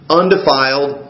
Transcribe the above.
undefiled